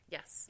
Yes